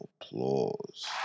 applause